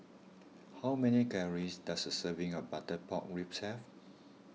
how many calories does a serving of Butter Pork Ribs have